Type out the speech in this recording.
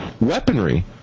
weaponry